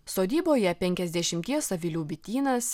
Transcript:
sodyboje penkiasdešimties avilių bitynas